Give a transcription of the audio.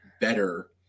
better